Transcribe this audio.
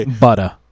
butter